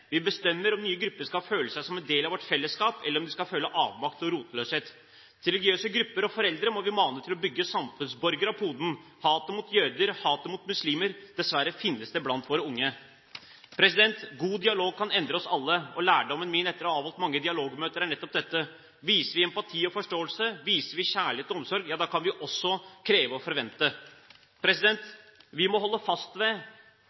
Vi bestemmer om nye grupper skal føle seg som en del av vårt fellesskap, eller om de skal føle avmakt og rotløshet. Vi må mane religiøse grupper og foreldre til å bygge samfunnsborgere. Hat mot jøder og hat mot muslimer finnes dessverre blant våre unge. God dialog kan endre oss alle. Lærdommen min etter å ha avholdt mange dialogmøter er nettopp dette: Viser vi empati og forståelse, viser vi kjærlighet og omsorg, kan vi også kreve og forvente. Vi må holde fast ved